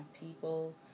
people